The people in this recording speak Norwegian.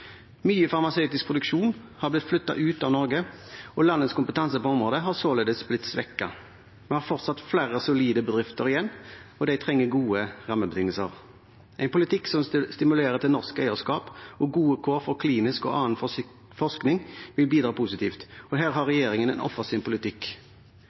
Mye farmasøytisk produksjon har blitt flyttet ut av Norge, og landets kompetanse på området har således blitt svekket. Vi har fortsatt flere solide bedrifter igjen, og de trenger gode rammebetingelser. En politikk som stimulerer til norsk eierskap og gode kår for klinisk og annen forskning, vil bidra positivt, og her har